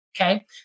okay